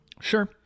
Sure